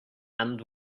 and